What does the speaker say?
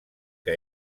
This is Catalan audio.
que